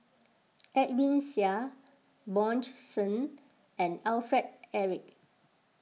Edwin Siew Bjorn Shen and Alfred Eric